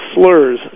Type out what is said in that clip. slurs